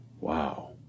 Wow